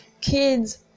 kids